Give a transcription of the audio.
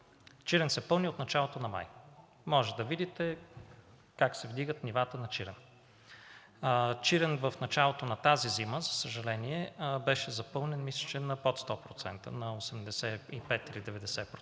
Чирен се пълни от началото на май. Може да видите как се вдигат нивата на Чирен. Чирен в началото на тази зима, за съжаление, беше запълнен, мисля, че под 100% – на 85 или 90%,